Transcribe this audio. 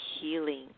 healing